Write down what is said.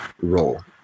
role